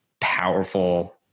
powerful